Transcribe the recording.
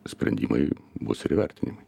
sprendimai bus ir įvertinimai